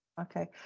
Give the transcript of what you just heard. Okay